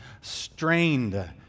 strained